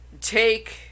take